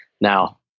Now